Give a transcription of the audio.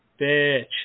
bitch